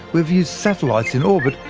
we have used satellites in orbit,